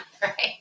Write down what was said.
Right